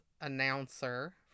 announcer